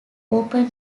open